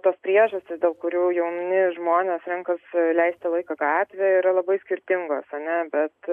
tos priežastys dėl kurių jauni žmonės renkasi leisti laiką gatvėje yra labai skirtingos a ne bet